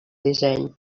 disseny